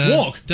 Walk